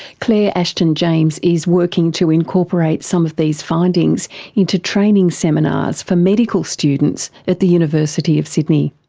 claire ashton-james is working to incorporate some of these findings into training seminars for medical students at the university of sydney.